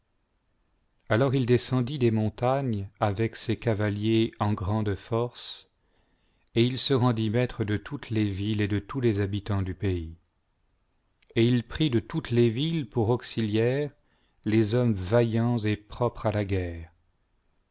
alors il descendit des montagnes avec ses cavaliers en grande force et il se rendit maître de toutes les villes et de tous les habitants du pays et il prit de toutes les villes pour auxiliaires les hommes vaillants et propres à la guerre